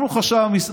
אנחנו חשבנו,